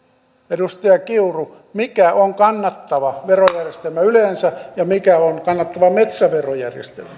edustaja kiuru mikä on kannattava verojärjestelmä yleensä ja mikä on kannattava metsäverojärjestelmä